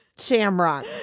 shamrock